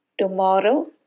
tomorrow